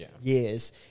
years